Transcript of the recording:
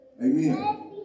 Amen